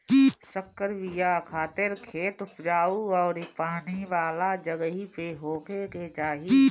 संकर बिया खातिर खेत उपजाऊ अउरी पानी वाला जगही पे होखे के चाही